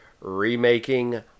remaking